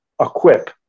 equip